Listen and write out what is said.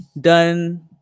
done